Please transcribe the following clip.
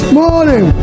morning